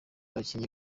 abakinnyi